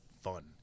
fun